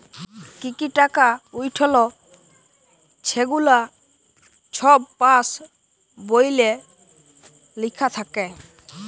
কি কি টাকা উইঠল ছেগুলা ছব পাস্ বইলে লিখ্যা থ্যাকে